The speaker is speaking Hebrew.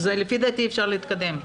אז לפי דעתי אפשר להתקדם.